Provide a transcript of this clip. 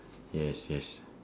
yes yes